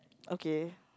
okay